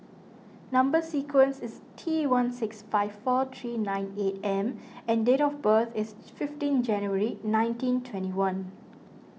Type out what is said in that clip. Number Sequence is T one six five four three nine eight M and date of birth is fifteen January nineteen twenty one